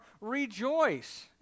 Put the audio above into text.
rejoice